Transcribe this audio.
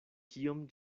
kiom